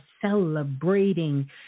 celebrating